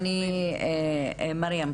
מרים,